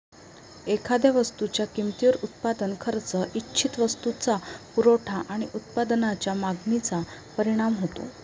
एखाद्या वस्तूच्या किमतीवर उत्पादन खर्च, इच्छित वस्तूचा पुरवठा आणि उत्पादनाच्या मागणीचा परिणाम होतो